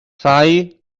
rhai